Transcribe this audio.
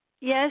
yes